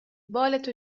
بالت